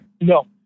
No